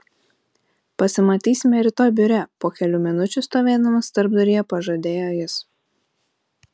pasimatysime rytoj biure po kelių minučių stovėdamas tarpduryje pažadėjo jis